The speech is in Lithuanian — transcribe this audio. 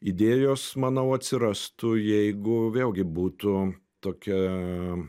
idėjos manau atsirastų jeigu vėlgi būtų tokia